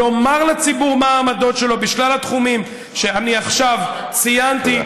לומר לציבור מה העמדות שלו בשלל התחומים שאני עכשיו ציינתי,